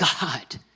God